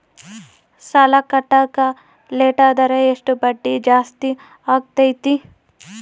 ಸಾಲ ಕಟ್ಟಾಕ ಲೇಟಾದರೆ ಎಷ್ಟು ಬಡ್ಡಿ ಜಾಸ್ತಿ ಆಗ್ತೈತಿ?